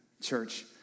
church